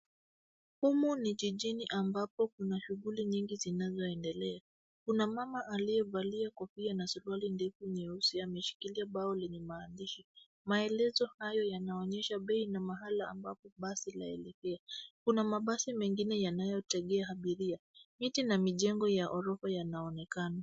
Humu ni jijini ambapo kuna shughuli nyingi zinazoendelea. Kuna mama aliyevalia kofia na suruali ndefu nyeusi, ameshikilia bao lenye maandishi. Maelezo hayo yanaonyesha bei na mahala basi laelekea. Kuna mabasi mengine yanayotegea abiria. Miti na mijengo ya orofa yanaonekana.